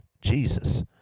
Jesus